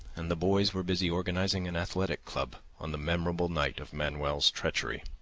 and the boys were busy organizing an athletic club, on the memorable night of manuel's treachery.